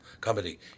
comedy